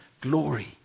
glory